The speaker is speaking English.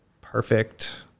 perfect